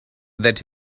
that